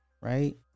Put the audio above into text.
Right